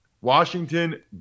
Washington